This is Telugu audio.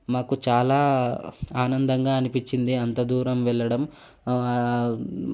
మాకు చాలా ఆనందంగా అనిపించింది అంత దూరం వెళ్ళడం